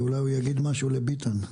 אולי הוא יגיד משהו לביטון.